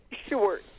Sure